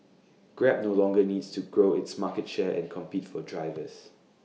grab no longer needs to grow its market share and compete for drivers